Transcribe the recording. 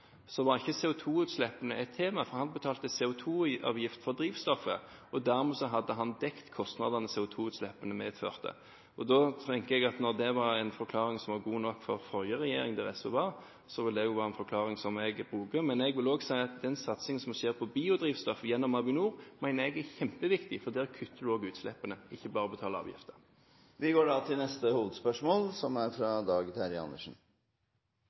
var ikke CO2-utslippene et tema, for han betalte CO2-avgift for drivstoffet. Dermed hadde han dekket kostnadene CO2-utslippene medførte. Da tenker jeg at når det var en forklaring som var god nok for forrige regjering, der SV satt, vil det også være en forklaring som jeg bruker. Satsingen på biodrivstoff gjennom Avinor mener jeg er kjempeviktig. Der kutter man også i utslippene, ikke bare betaler avgifter. Vi går til neste hovedspørsmål.